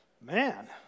Man